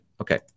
Okay